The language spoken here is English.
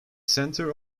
center